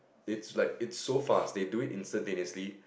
it's like it's so fast they do it instantaneously